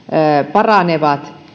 paranevat